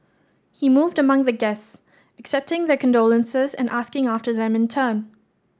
he moved among the guests accepting their condolences and asking after them in turn